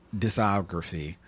discography